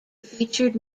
featured